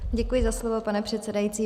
Děkuji za slovo, pane předsedající.